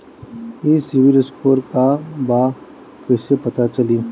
ई CIBIL score का बा कइसे पता चली?